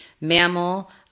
mammal